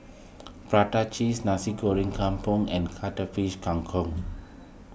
Prata Cheese Nasi Goreng Kampung and Cuttlefish Kang Kong